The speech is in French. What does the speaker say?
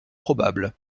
probables